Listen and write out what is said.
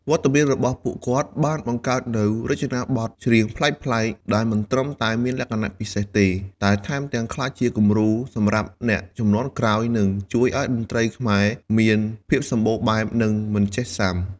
វត្តមានរបស់ពួកគាត់បានបង្កើតនូវ រចនាបថច្រៀងប្លែកៗ ដែលមិនត្រឹមតែមានលក្ខណៈពិសេសទេ តែថែមទាំងក្លាយជាគំរូសម្រាប់អ្នកជំនាន់ក្រោយ និងជួយឱ្យតន្ត្រីខ្មែរមានភាពសម្បូរបែប និងមិនចេះសាំ។